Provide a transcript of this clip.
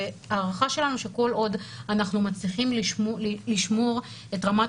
וההערכה שלנו היא שכל עוד אנחנו מצליחים לשמור את רמת